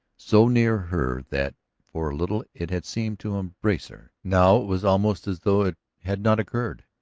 so near her that for a little it had seemed to embrace her. now it was almost as though it had not occurred.